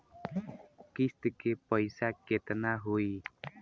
किस्त के पईसा केतना होई?